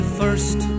first